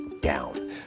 down